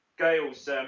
Gales